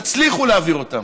תצליחו להעביר אותם,